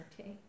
okay